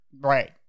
right